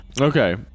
okay